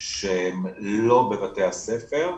שהן לא בבתי הספר,